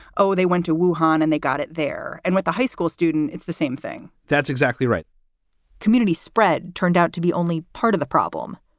oh, they went to wu and and they got it there. and with the high school student, it's the same thing. that's exactly right community spread turned out to be only part of the problem.